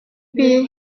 биеэ